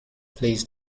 please